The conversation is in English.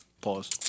Pause